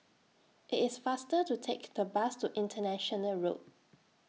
IT IS faster to Take The Bus to International Road